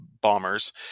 bombers